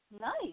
Nice